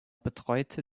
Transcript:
betreute